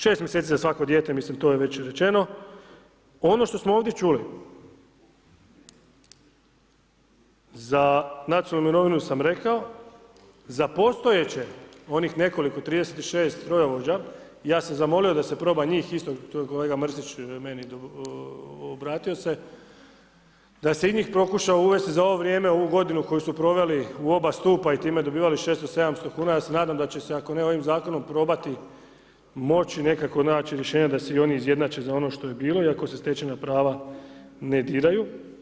Šest mjeseci za svako dijete, mislim to je već rečeno, ono što smo ovdje čuli, za nacionalnu mirovinu sam rekao, za postojeće, onih nekoliko 36 strojovođa, ja sam zamolio da se proba njih isto, to je kolega Mrsić meni obratio se, da se i njih pokuša uvesti za ovo vrijeme, ovu godinu koju su proveli u oba stupa i time dobivali 600, 700 kuna, ja se nadam da će se, ako ne ovim Zakonom, probati moći nekako naći rješenje da se i oni izjednače za ono što je bilo, iako se stečena prava ne diraju.